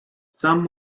some